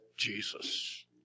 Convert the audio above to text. Jesus